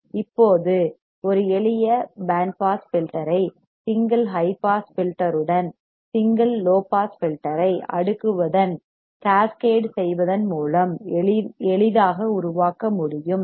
இப்போது ஒரு எளிய பேண்ட் பாஸ் ஃபில்டர் ஐ சிங்கிள் ஹை பாஸ் ஃபில்டர் உடன் சிங்கிள் லோ பாஸ் ஃபில்டர் ஐ அடுக்குவதன் கேஸ் கேட் செய்வதன் மூலம் எளிதாக உருவாக்க முடியும்